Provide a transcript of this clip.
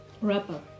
rapper